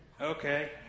okay